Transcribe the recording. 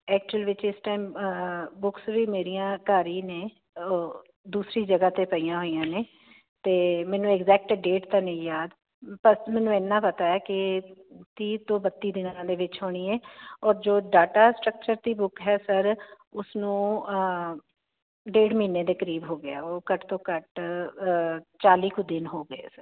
actual ਵਿੱਚ ਇਸ time books ਵੀ ਮੇਰੀਆਂ ਘਰ ਹੀ ਨੇ ਦੂਸਰੀ ਜਗਹਾ ਤੇ ਪਈਆਂ ਹੋਈਆਂ ਨੇ ਤੇ ਮੈਨੂੰ ਐਗਜੈਕਟ ਡੇਟ ਤਾਂ ਨਹੀਂ ਯਾਦ ਪਰ ਮੈਨੂੰ ਇਨਾ ਪਤਾ ਕਿ ਤੀਹ ਤੋਂ ਬੱਤੀ ਦਿਨਾਂ ਦੇ ਵਿੱਚ ਹੋਣੀ ਹੈ ਔਰ ਜੋ ਡਾਟਾ ਸਟਰਕਚਰ ਦੀ ਬੁੱਕ ਹੈ ਸਰ ਉਸਨੂੰ ਡੇਢ ਮਹੀਨੇ ਦੇ ਕਰੀਬ ਹੋ ਗਿਆ ਉਹ ਘੱਟ ਤੋਂ ਘੱਟ ਚਾਲੀ ਕੁ ਦਿਨ ਹੋ ਗਏ ਸਰ